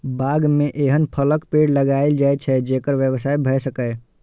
बाग मे एहन फलक पेड़ लगाएल जाए छै, जेकर व्यवसाय भए सकय